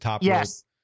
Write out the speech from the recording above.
Yes